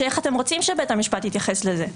איך אתם רוצים שבית המשפט יתייחס לזה?